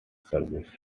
services